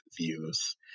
views